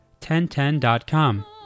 1010.com